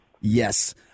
Yes